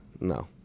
No